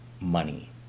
money